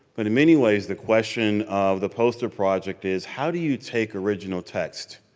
but in many ways the question of the poster project is how do you take original text